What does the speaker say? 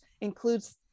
includes